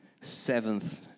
seventh